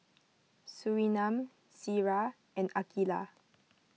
Surinam Syirah and Aqilah